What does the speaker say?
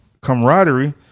camaraderie